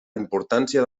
importància